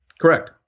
Correct